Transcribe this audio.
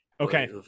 Okay